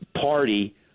party